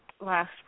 last